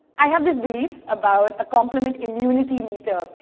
i have this belief about a compliment immunity meter,